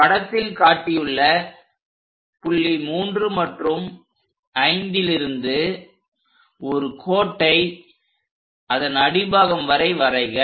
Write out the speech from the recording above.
படத்தில் காட்டியுள்ள புள்ளி 3 மற்றும் 5லிருந்து ஒரு கோட்டை அதன் அடிப்பாகம் வரை வரைக